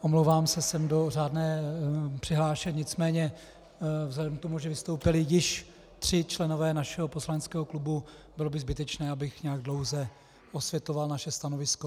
Omlouvám se, jsem řádně přihlášen, nicméně vzhledem k tomu, že vystoupili již tři členové našeho poslaneckého klubu, bylo by zbytečné, abych nějak dlouze osvětloval naše stanovisko.